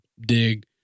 dig